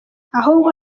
ahubwo